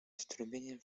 strumieniem